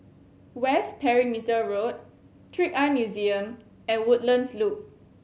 West Perimeter Road Trick Eye Museum and Woodlands Loop